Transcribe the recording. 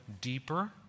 deeper